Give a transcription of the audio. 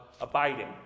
abiding